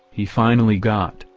he finally got,